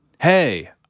hey